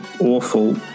awful